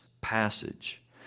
passage